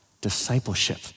discipleship